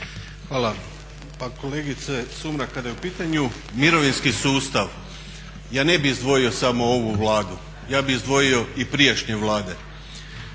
Hvala. Pa kolegice Sumrak, kada je u pitanju mirovinski sustav ja ne bih izdvojio samo ovu Vladu, ja bih izdvojio i prijašnje Vlade